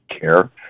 care